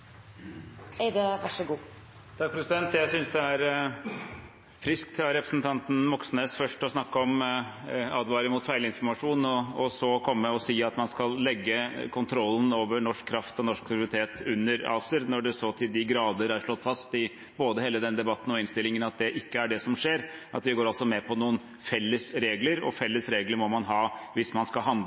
er friskt av representanten Moxnes først å advare mot feilinformasjon, og så komme og si at man skal legge kontrollen over norsk kraft og norsk suverenitet under ACER, når det så til de grader er slått fast både i hele denne debatten og i innstillingen at det ikke er det som skjer. Vi går med på noen felles regler, og felles regler må man ha hvis man skal handle